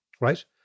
right